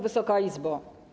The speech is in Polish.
Wysoka Izbo!